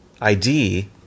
ID